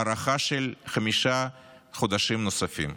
הארכה של חמישה חודשים נוספים.